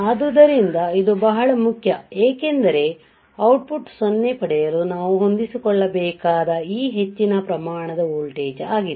ಆದ್ದರಿಂದ ಇದು ಬಹಳ ಮುಖ್ಯ ಏಕೆಂದರೆ ಔಟ್ ಪುಟ್ 0 ಪಡೆಯಲು ನಾವು ಹೊಂದಿಸಿಕೊಳ್ಳಬೇಕಾದ ಈ ಹೆಚ್ಚಿನ ಪ್ರಮಾಣದ ವೋಲ್ಟೇಜ್ ಆಗಿದೆ